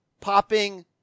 popping